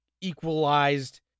equalized